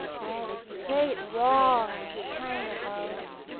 where the great wall round china goes,